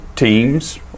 teams